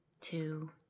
two